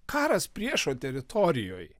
karas priešo teritorijoj